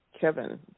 Kevin